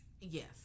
Yes